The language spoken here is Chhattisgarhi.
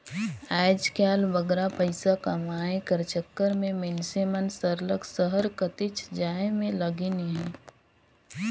आएज काएल बगरा पइसा कमाए कर चक्कर में मइनसे मन सरलग सहर कतिच जाए में लगिन अहें